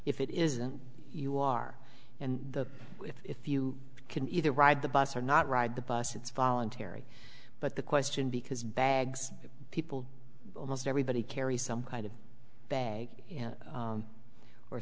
if it isn't you are in the if you can either ride the bus or not ride the bus it's voluntary but the question because bags people almost everybody carry some kind of bag